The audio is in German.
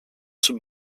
zum